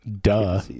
duh